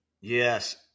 Yes